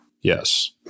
Yes